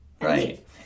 Right